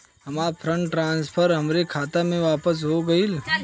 हमार fund transfer हमरे खाता मे वापस हो गईल